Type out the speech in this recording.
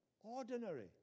ordinary